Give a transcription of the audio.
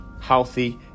healthy